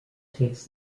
takes